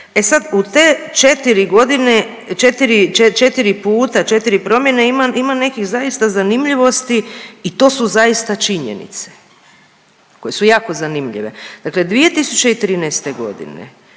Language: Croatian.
E sad, u te 4 godine, 4, 4 puta, 4 promjene ima nekih zaista zanimljivosti i to su zaista činjenice koje su jako zanimljive. Dakle 2013. g.